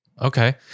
Okay